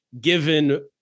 given